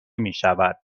میشود